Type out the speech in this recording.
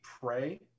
pray